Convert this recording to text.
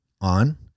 on